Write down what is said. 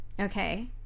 Okay